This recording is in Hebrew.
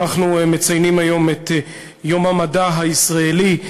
אנחנו מציינים היום את יום המדע הישראלי,